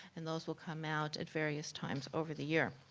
and those will come out at various times over the year.